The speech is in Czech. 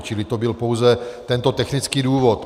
Čili to byl pouze tento technický důvod.